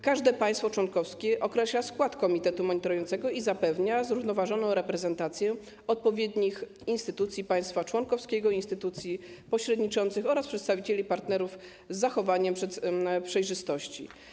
Każde państwo członkowskie określa skład komitetu monitorującego i zapewnia zrównoważoną reprezentację odpowiednich instytucji państwa członkowskiego i instytucji pośredniczących oraz przedstawicieli partnerów z zachowaniem przejrzystości.